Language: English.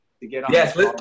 yes